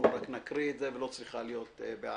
רק נקריא את זה ולא צריכה להיות בעיה.